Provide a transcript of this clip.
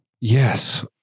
Yes